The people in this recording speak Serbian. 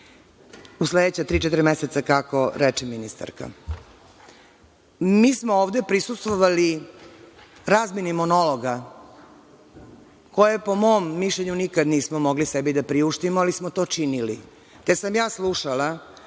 U sledeća tri, četiri meseca kako reče ministarka? Mi smo ovde prisustvovali razmeni monologa koje po mom mišljenju nikada nismo mogli sebi da priuštimo ali smo to činili, te sam ja slušala